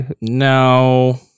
No